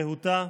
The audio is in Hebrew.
רהוטה,